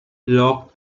lock